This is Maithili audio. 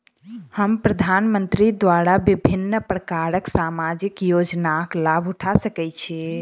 हम प्रधानमंत्री द्वारा विभिन्न प्रकारक सामाजिक योजनाक लाभ उठा सकै छी?